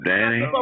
Danny